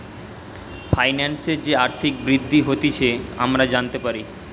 ফাইন্যান্সের যে আর্থিক বৃদ্ধি হতিছে আমরা জানতে পারি